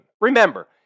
Remember